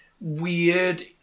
weird